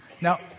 Now